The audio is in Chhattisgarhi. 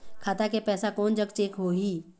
खाता के पैसा कोन जग चेक होही?